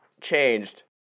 changed